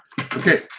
Okay